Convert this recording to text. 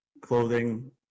clothing